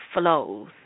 flows